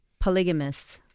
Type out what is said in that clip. polygamous